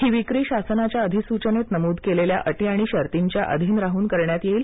ही विक्री शासनाच्या अधिसुचनेत नमूद केलेल्या अटी आणि शर्तींच्या अधीन राहून करण्यात येईल